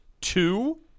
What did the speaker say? two